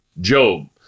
Job